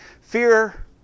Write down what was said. Fear